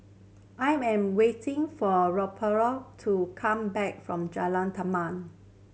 I am waiting for Rudolph to come back from Jalan Taman